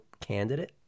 candidate